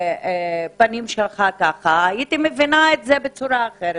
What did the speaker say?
פניך ככה אז הייתי מבינה את זה בצורה אחר.